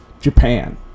Japan